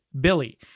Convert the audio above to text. Billy